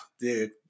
dude